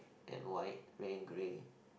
and white grey grey